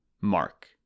Mark